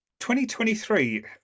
2023